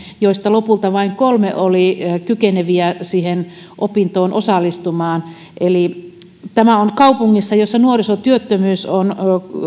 joista lopulta vain kolme oli kykeneviä niihin opintoihin osallistumaan tämä kaupungissa jossa nuorisotyöttömyys on